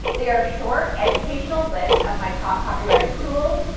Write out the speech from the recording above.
they are short educational lists of my top copywriting tools,